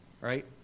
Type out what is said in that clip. Right